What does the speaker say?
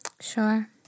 Sure